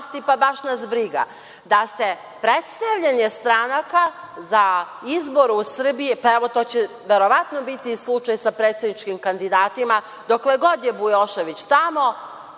pa baš nas briga, da se predstavljanje stranaka za izbor u Srbiji, to će verovatno biti slučaj sa predsedničkim kandidatima, dokle god je Bujošević tamo,